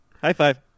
High-five